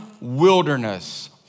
wilderness